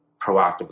proactively